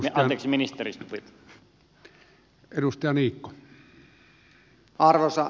arvoisa herra puhemies